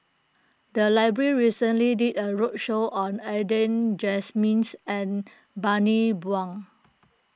the library recently did a roadshow on Adan and Bani Buang